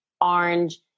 orange